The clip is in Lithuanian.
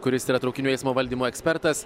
kuris yra traukinių eismo valdymo ekspertas